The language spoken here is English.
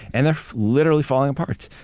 and they're literally falling apart.